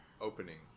opening